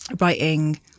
writing